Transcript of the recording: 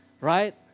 right